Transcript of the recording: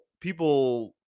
people –